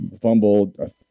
fumbled